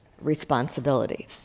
responsibility